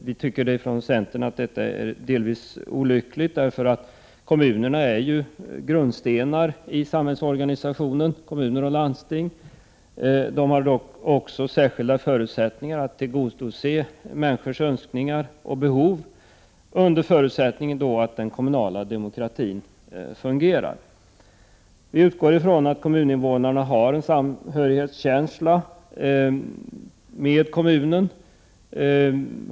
Vi tycker från centerns sida att det delvis är olyckligt, eftersom kommuner och landsting är grundstenar i samhällsorganisationen och har särskilda förutsättningar att tillgodose människors önskemål och behov, under förutsättning att den kommunala demokratin fungerar. Vi utgår ifrån att kommuninvånarna känner samhörighet med kommunen.